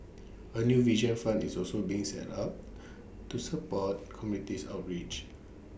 A new vision fund is also being set up to support communities outreach